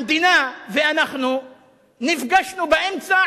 המדינה ואנחנו נפגשנו באמצע